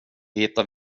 hittar